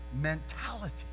mentality